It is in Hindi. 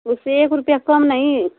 उससे एक रुपये कम नहीं